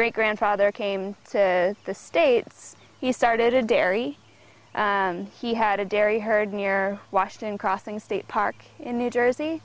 great grandfather came to the states he started a dairy he had a dairy herd near washington crossing state park in new jersey